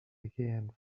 again